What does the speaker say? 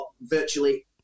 virtually